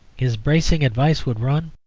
his bracing advice would run